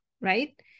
right